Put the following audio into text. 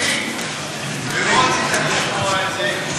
אלי, לא רצית לשמוע את זה,